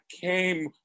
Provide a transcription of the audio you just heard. came